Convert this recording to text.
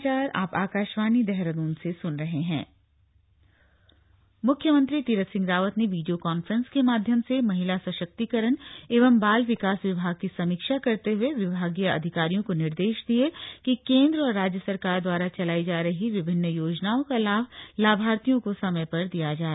समीक्षा म्ख्यमंत्री तीरथ सिंह रावत ने वीडियो कांफ्रेंस के माध्यम से महिला सशक्तिकरण एवं बाल विकास विभाग की समीक्षा करते हुए विभागीय अधिकारियों को निर्देश दिये कि केन्द्र और राज्य सरकार द्वारा चलाई जा रही विभिन्न योजनाओं का लाभ लाभार्थियों को समय पर दिया जाए